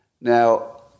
Now